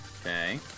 Okay